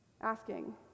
asking